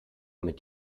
mit